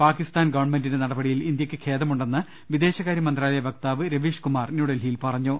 പാക്കിസ്ഥാൻ ഗവൺമെന്റിന്റെ നടപടിയിൽ ഇന്ത്യയ്ക്ക് ഖേദമുണ്ടെന്ന് വിദേശകാര്യ മന്ത്രാലയ വക്താവ് രവീഷ് കുമാർ ന്യൂഡൽഹിയിൽ പറഞ്ഞു